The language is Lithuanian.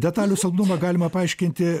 detalių saldumą galima paaiškinti